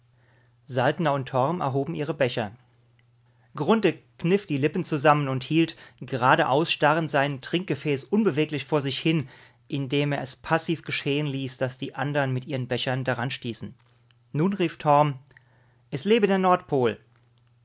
saltner und torm erhoben ihre becher grunthe kniff die lippen zusammen und hielt geradeaus starrend sein trinkgefäß unbeweglich vor sich hin indem er es passiv geschehen ließ daß die andern mit ihren bechern daran stießen nun rief torm es lebe der nordpol